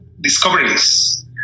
discoveries